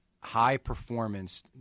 high-performance